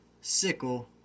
sickle